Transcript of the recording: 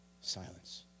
Silence